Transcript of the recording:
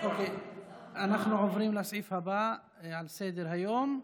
אנחנו עוברים להצעה לסדר-היום בנושא: